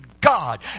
God